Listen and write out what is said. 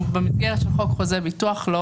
במסגרת של חוק חוזה הביטוח אנחנו לא